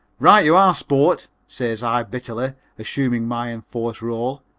right you are, sport, says i bitterly, assuming my enforced role,